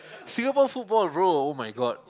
Singapore football bro oh my god